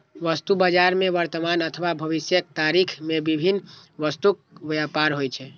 वस्तु बाजार मे वर्तमान अथवा भविष्यक तारीख मे विभिन्न वस्तुक व्यापार होइ छै